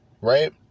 Right